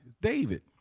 David